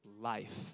life